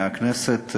מהכנסת,